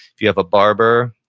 if you have a barber,